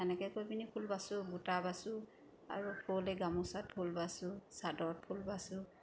সনেকৈ কৰি পিনি ফুল বাচোঁ বুটা বাচোঁ আৰু ফুল এই গামোচাত ফুল বাচোঁ চাদৰত ফুল বাচোঁ